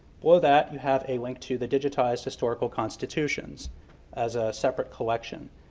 below that, you have a link to the digitized historical constitutions as a separate collection.